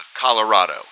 Colorado